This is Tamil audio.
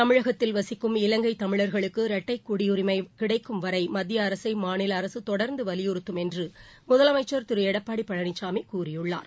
தமிழகத்தில் வசிக்கும் இலங்கை தமிழர்களுக்கு இரட்டை குடியுரிமை கிடைக்கும் வரை மத்திய அரசை மாநில அரசு தொடர்ந்து வலியுறுத்தும் என்று முதலமைச்சர் திரு எடப்பாடி பழனிசாமி கூறியுள்ளார்